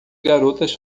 garotas